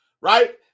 right